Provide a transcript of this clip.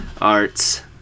Arts